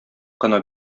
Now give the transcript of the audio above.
кына